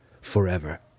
forever